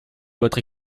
votre